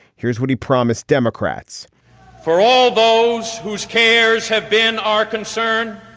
here's what he promised democrats for all those whose cares have been our concern.